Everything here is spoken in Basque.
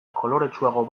koloretsuago